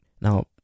Now